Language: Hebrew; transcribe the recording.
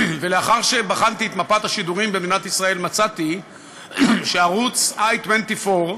ולאחר שבחנתי את מפת השידורים במדינת ישראל מצאתי שערוץ i24,